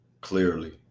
Clearly